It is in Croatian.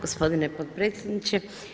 Gospodine potpredsjedniče!